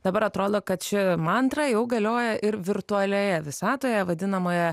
dabar atrodo kad ši mantra jau galioja ir virtualioje visatoje vadinamoje